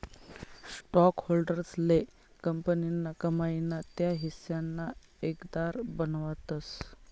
स्टॉकहोल्डर्सले कंपनीना कमाई ना त्या हिस्साना हकदार बनावतस